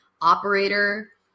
operator